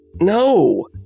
No